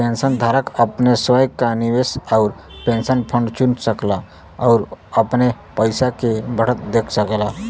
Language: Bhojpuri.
पेंशनधारक अपने स्वयं क निवेश आउर पेंशन फंड चुन सकला आउर अपने पइसा के बढ़त देख सकेला